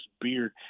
Beard